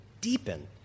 deepen